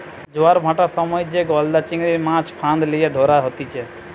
জোয়ার ভাঁটার সময় যে গলদা চিংড়ির, মাছ ফাঁদ লিয়ে ধরা হতিছে